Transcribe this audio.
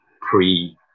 pre